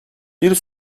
bir